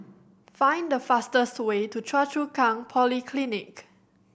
find the fastest way to Choa Chu Kang Polyclinic